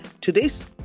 Today's